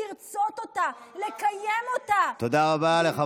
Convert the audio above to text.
לרצות אותה, לקיים אותה, כמה את צודקת.